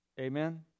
Amen